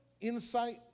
insight